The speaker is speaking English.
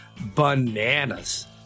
bananas